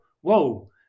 whoa